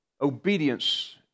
obedience